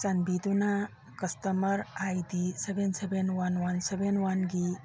ꯆꯥꯟꯕꯤꯗꯨꯅ customer I D seven seven one one seven ꯋꯥꯟꯒꯤ